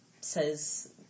says